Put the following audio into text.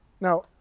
Now